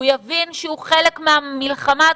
הוא יבין שהוא חלק מהמלחמה הזאת,